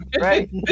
right